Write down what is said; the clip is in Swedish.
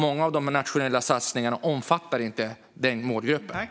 Många av de nationella satsningarna omfattar inte den målgruppen.